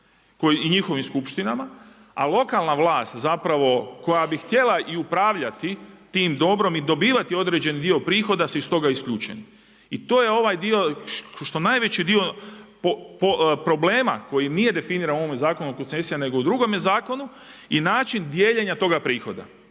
i njihovim skupštinama, a lokalna vlast zapravo koja bi htjela i upravljati tim dobrom i dobivati određeni dio prihoda se i toga isključeni i to je ovaj dio što najveći dio problema koji nije definiran po ovom Zakonu o koncesiji nego u drugome zakonu, i način dijeljenja toga prihoda.